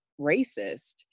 racist